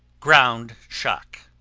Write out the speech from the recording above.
ground shock